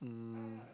um